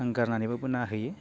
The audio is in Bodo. रां गारनानैब्लाबो नायहैयो